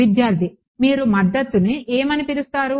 విద్యార్థి మీరు మద్దతుని ఏమని పిలుస్తారు